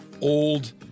Old